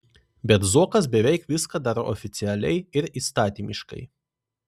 bet zuokas beveik viską daro oficialiai ir įstatymiškai